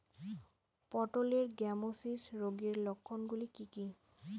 পটলের গ্যামোসিস রোগের লক্ষণগুলি কী কী?